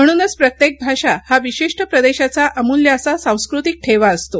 म्हणूनच प्रत्येक भाषा हा विशिष्ट प्रदेशाचा अमृल्य असा सांस्कृतिक ठेवा असतो